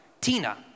Tina